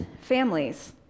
families